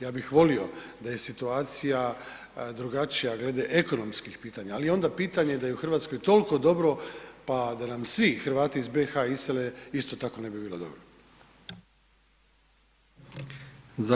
Ja bih volio da je situacija drugačija glede ekonomskih pitanja, ali i onda pitanje da je u Hrvatskoj toliko dobro pa da nam svi Hrvati iz BiH isele isto tako ne bi bilo dobro.